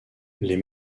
les